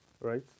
Right